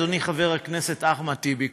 אדוני חבר הכנסת אחמד טיבי,